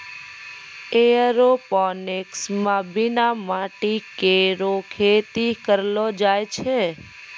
aeroponics म बिना माटी केरो खेती करलो जाय छै